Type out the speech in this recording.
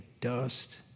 dust